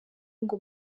ngo